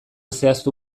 zehaztu